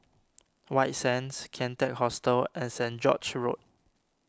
White Sands Kian Teck Hostel and Saint George's Road